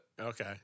Okay